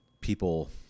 people